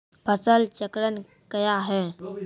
फसल चक्रण कया हैं?